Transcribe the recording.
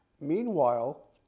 Meanwhile